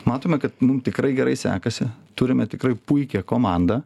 matome kad mum tikrai gerai sekasi turime tikrai puikią komandą